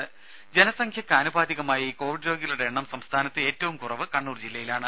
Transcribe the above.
ദരദ ജനസംഖ്യയ്ക്ക് ആനുപാതികമായി കോവിഡ് രോഗികളുടെ എണ്ണം സംസ്ഥാനത്ത് ഏറ്റവും കുറവ് കണ്ണൂർ ജില്ലയിലാണ്